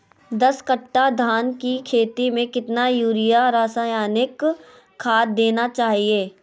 दस कट्टा धान की खेती में कितना यूरिया रासायनिक खाद देना चाहिए?